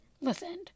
listened